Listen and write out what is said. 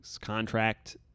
contract